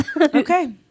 Okay